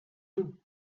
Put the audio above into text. nous